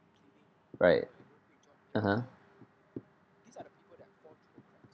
right (uh huh)